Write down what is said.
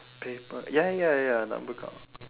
paper ya ya ya ya number count